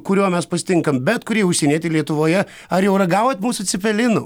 kuriuo mes pasitinkam bet kurį užsienietį lietuvoje ar jau ragavot mūsų cepelinų